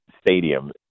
stadium